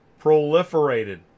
proliferated